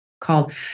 called